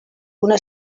una